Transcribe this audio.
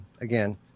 again